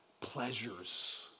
pleasures